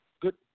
good